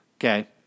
okay